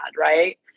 right